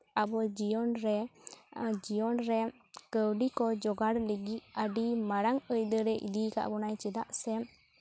ᱟᱵᱚ ᱡᱤᱭᱚᱱ ᱨᱮ ᱡᱤᱭᱚᱱ ᱨᱮ ᱠᱟᱹᱣᱰᱤ ᱠᱚ ᱡᱳᱜᱟᱲ ᱞᱟᱹᱜᱤᱫ ᱟᱹᱰᱤ ᱢᱟᱨᱟᱝ ᱟᱹᱭᱫᱟᱹᱨ ᱮ ᱤᱫᱤ ᱟᱠᱟᱫ ᱵᱚᱱᱟᱭ ᱪᱮᱫᱟᱜ ᱥᱮ